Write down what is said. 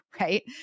Right